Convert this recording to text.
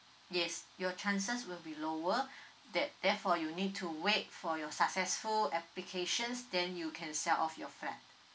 yes your chances will be lower there~ therefore you need to wait for your successful applications then you can sell off your flat